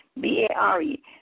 B-A-R-E